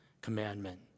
commandment